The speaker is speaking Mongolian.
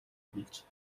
гэж